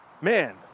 man